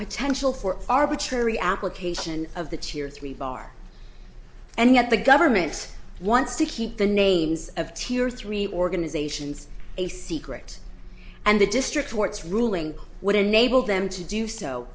potential for arbitrary application of the cheer three bar and yet the government wants to keep the names of tier three organizations a secret and the district court's ruling would enable them to do so